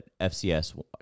FCS